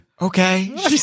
Okay